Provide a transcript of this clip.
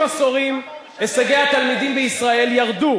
ירדו